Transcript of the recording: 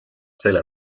selle